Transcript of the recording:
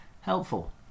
helpful